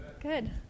Good